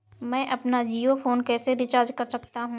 मैं अपना जियो फोन कैसे रिचार्ज कर सकता हूँ?